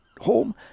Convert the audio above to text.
home